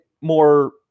more